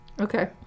Okay